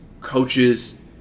coaches